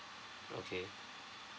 okay